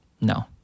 No